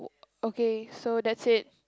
okay so that's it